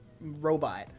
robot